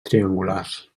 triangulars